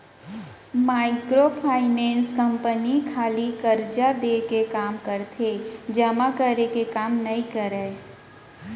micro finance company खाली करजा देय के काम करथे जमा करे के काम नइ करय